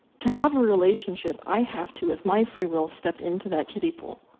to have a relationship, i have to, with my free will, step into that kiddy pool.